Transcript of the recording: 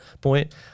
point